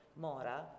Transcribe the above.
Mora